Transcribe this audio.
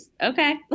Okay